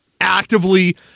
actively